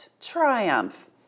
triumph